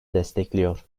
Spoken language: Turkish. destekliyor